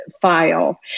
File